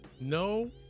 No